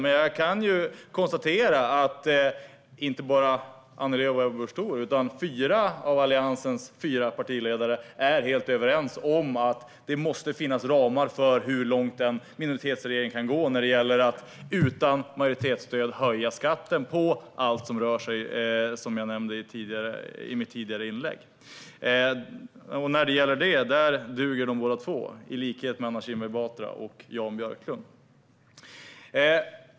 Men jag kan konstatera att inte bara Annie Lööf och Ebba Busch Thor utan fyra av Alliansens fyra partiledare är helt överens om att det måste finnas ramar för hur långt en minoritetsregering kan gå när det gäller att utan majoritetsstöd höja skatten på allt som rör sig, som jag nämnde i mitt tidigare inlägg. När det gäller detta duger de bägge två, i likhet med Anna Kinberg Batra och Jan Björklund.